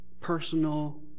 personal